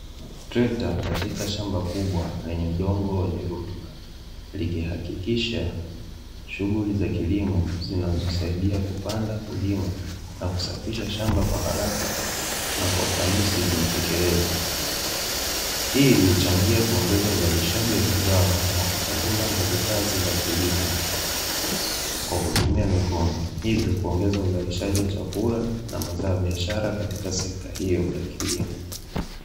Trekta katika shamba kubwa lenye udongo wenye rutuba likihakikisha shughuli za kilimo zinazosaidia kupanda, kulima, na kusafisha shamba kwa haraka na kwa ufanisi zinatimizwa. Hii huchangia kuongeza uzalishaji wa mazao na kupunguza nguvu kazi za kilimo kwa kutumia mikono, hivyo kuongeza uzalishaji wa chakula na mazao ya biashara katika sekta hiyo ya kilimo.